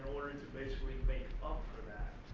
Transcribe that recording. basically make up for that,